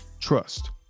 trust